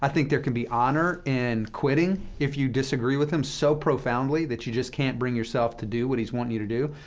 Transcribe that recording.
think there can be honor in quitting if you disagree with him so profoundly that you just can't bring yourself to do what he's wanting you to do.